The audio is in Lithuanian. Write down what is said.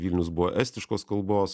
vilnius buvo estiškos kalbos